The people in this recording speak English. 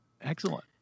Excellent